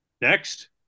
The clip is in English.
Next